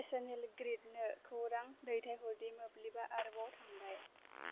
national ग्रिदनो खौरां दैथाहरदि मोब्लिबा आरोबाव थांबाय